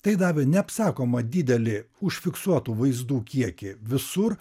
tai davė neapsakomą didelį užfiksuotų vaizdų kiekį visur